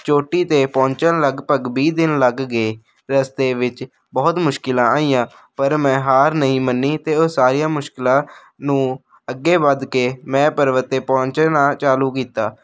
ਚੋਟੀ 'ਤੇ ਪਹੁੰਚਣ ਲਗਭਗ ਵੀਹ ਦਿਨ ਲੱਗ ਗਏ ਰਸਤੇ ਵਿੱਚ ਬਹੁਤ ਮੁਸ਼ਕਲਾਂ ਆਈਆਂ ਪਰ ਮੈਂ ਹਾਰ ਨਹੀਂ ਮੰਨੀ ਅਤੇ ਉਹ ਸਾਰੀਆਂ ਮੁਸ਼ਕਲਾਂ ਨੂੰ ਅੱਗੇ ਵੱਧ ਕੇ ਮੈਂ ਪਰਬਤ 'ਤੇ ਪਹੁੰਚਣਾ ਚਾਲੂ ਕੀਤਾ